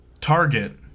Target